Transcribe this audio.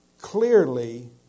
clearly